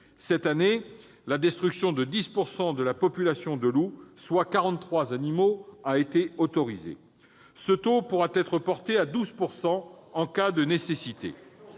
Cette année, la destruction de 10 % de la population de loups, soit 43 animaux, a été autorisée. Ce taux pourra être porté à 12 % en cas de nécessité.